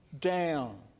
Down